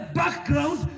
background